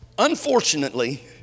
Unfortunately